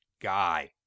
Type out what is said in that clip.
guy